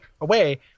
away